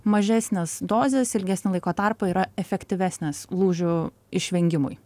mažesnės dozės ilgesnį laiko tarpą yra efektyvesnės lūžių išvengimui